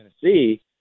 Tennessee